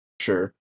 sure